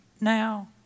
now